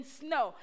snow